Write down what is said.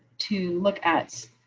to look at